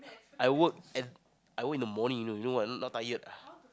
I work at I work in the morning you know you know what not tired ah